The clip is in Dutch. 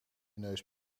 neus